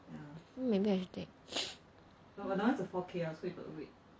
maybe I should take